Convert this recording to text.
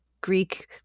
Greek